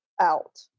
out